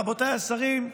רבותיי השרים,